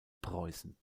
preußen